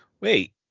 wait